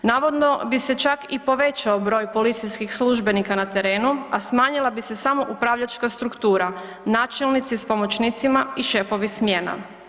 Navodno bi se čak i povećao broj policijskih službenika na terenu, a smanjila bi se samo upravljačka struktura, načelnici s pomoćnicima i šefovi smjena.